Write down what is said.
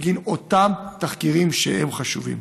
בגין אותם תחקירים חשובים.